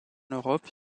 europe